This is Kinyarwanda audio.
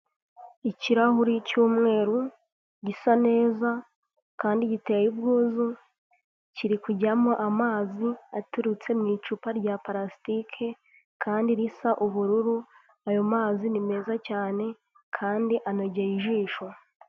Ikirahuri cy'umweru, gisa neza, kandi giteye ubwuzu, kiri kujyamo amazi aturutse mu icupa rya parasitike kandi risa ubururu, ayo mazi ni meza cyane kandi anogeye ijisho.